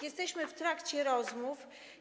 Jesteśmy w trakcie rozmów.